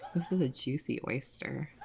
this is a juicy oyster.